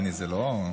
תודה.